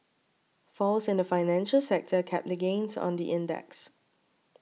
falls in the financial sector capped the gains on the index